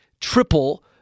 triple